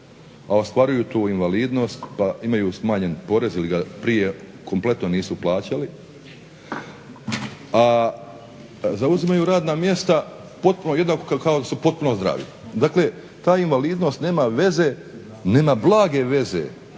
a ostvaruju tu invalidnost pa imaju smanjen porez ili ga prije kompletno nisu plaćali, a zauzimaju radna mjesta potpuno jednaka kao da su potpuno zdravi. Dakle ta invalidnost nema veze, nema blage veze